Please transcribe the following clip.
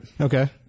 Okay